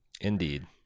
Indeed